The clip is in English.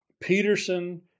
Peterson